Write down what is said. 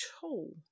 tall